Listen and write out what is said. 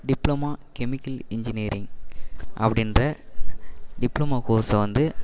diploma chemical engineering அப்படின்ற diploma கோர்ஸ்ஸை வந்து